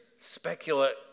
speculate